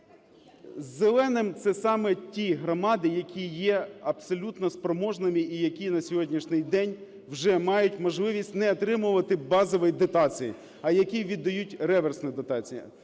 Зеленим – це саме ті громади, які є абсолютно спроможними і які на сьогоднішній день вже мають можливість не отримувати базової дотації, а які віддають реверсні дотації.